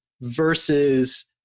versus